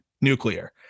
nuclear